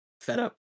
setup